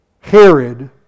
Herod